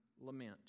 lament